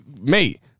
mate